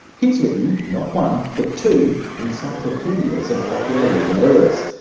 he's written not one, but two, encyclopaedias of popular legal errors.